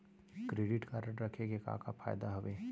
Credit card रखे के का का फायदा हवे?